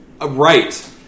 Right